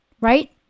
right